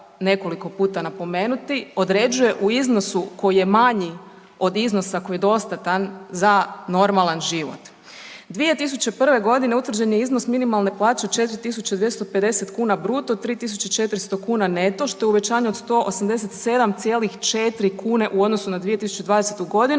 nekoliko puta napomenuti određuje u iznosu koji je manji koji je dostatan za normalan život. 2001.g. utvrđen je iznos minimalne plaće od 4.250,00 bruto, 3.400,00 neto što je uvećanje od 187,4 kune u odnosu na 2020.g.